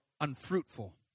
unfruitful